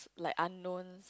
like unknown